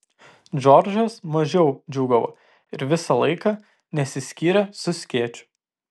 džordžas mažiau džiūgavo ir visą laiką nesiskyrė su skėčiu